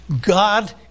God